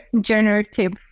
generative